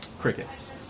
Crickets